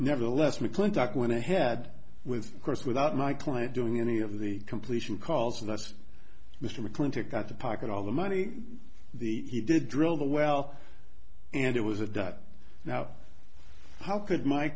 nevertheless mcclintock went ahead with course without my client doing any of the completion calls and that's mr mcclintock got to pocket all the money the he did drill the well and it was a dud now how could my